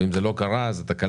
ואם זה לא קרה אז זה תקלה,